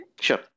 Sure